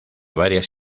varias